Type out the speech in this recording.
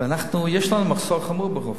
ויש לנו מחסור חמור ברופאים.